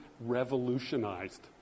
revolutionized